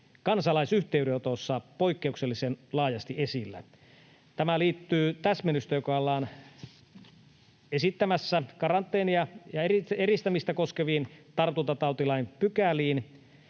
kansalaisyhteydenotoissa. Tämä liittyy täsmennykseen, jota ollaan esittämässä karanteenia ja eristämistä koskeviin tartuntatautilain pykäliin.